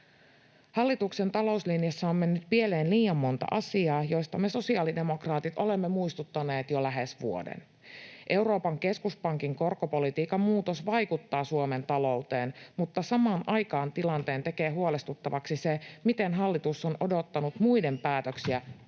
Hallituksen talouslinjassa on mennyt pieleen liian monta asiaa, joista me sosiaalidemokraatit olemme muistuttaneet jo lähes vuoden. Euroopan keskuspankin korkopolitiikan muutos vaikuttaa Suomen talouteen, mutta samaan aikaan tilanteen tekee huolestuttavaksi se, miten hallitus on odottanut muiden päätöksiä